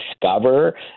discover